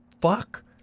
fuck